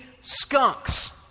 skunks